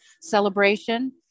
celebration